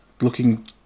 looking